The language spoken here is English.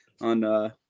on